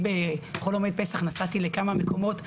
בחול המועד פסח נסעתי לכמה מקומות,